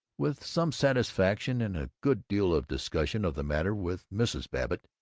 with some satisfaction and a good deal of discussion of the matter with mrs. babbitt,